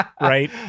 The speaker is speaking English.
Right